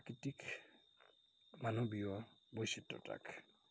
প্ৰাকৃতিক মানৱীয় বৈচিত্ৰতাক